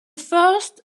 first